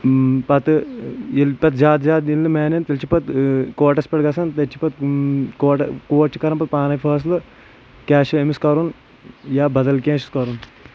پَتہٕ ییٚلہِ پَتہٕ زیادٕ زیادٕ ییٚلہِ نہٕ محنت تیٚلہِ چھِ پَتہٕ کوٹس پٮ۪ٹھ گژھان تَتہِ چھُ پَتہٕ کوٹ کوٹ چھُ کرن پَتہٕ پانے فٲصلہٕ کیٚاہ چھُ أمِس کرُن یا بدل کیٚاہ چھُس کرُن